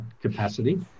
capacity